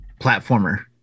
platformer